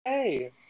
hey